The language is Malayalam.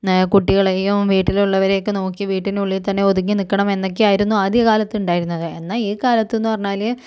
കുട്ടികളെയും വീട്ടിലുള്ളവരെയൊക്കെ നോക്കി വീട്ടിനുള്ളിൽ തന്നെ ഒതുങ്ങി നിക്കണം എന്നൊക്കെയായിരുന്നു ആദ്യകാലത്തുണ്ടായിരുന്നത് എന്നാൽ ഈ കാലത്തെന്ന് പറഞ്ഞാല്